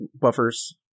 buffers